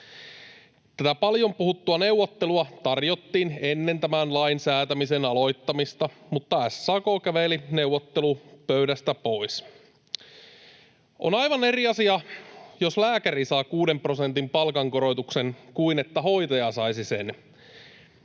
Tätä paljon puhuttua neuvottelua tarjottiin ennen tämän lain säätämisen aloittamista, mutta SAK käveli neuvottelupöydästä pois. On aivan eri asia, jos lääkäri saa kuuden prosentin palkankorotuksen kuin että hoitaja saisi sen.